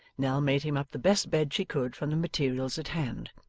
nell made him up the best bed she could, from the materials at hand.